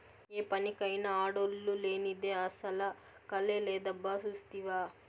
ఏ పనికైనా ఆడోల్లు లేనిదే అసల కళే లేదబ్బా సూస్తివా